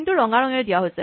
চিনটো ৰঙা ৰঙেৰে দিয়া হৈছে